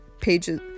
pages